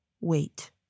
wait